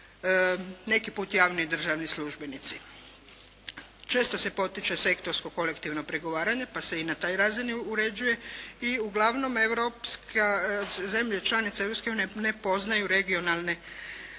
neki put javni i državni službenici. Često se potiče sektorsko kolektivno pregovaranje pa se i na toj razini uređuje. I uglavnom, zemlje članice Europske unije ne poznaju regionalne